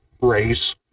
race